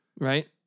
Right